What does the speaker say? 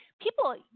people